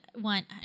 one